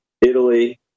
italy